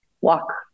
walk